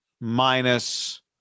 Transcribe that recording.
minus –